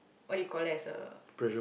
what do you call as a